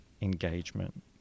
engagement